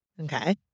Okay